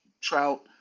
Trout